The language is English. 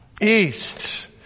East